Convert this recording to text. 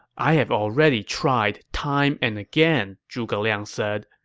i have already tried time and again, zhuge liang said,